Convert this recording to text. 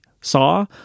saw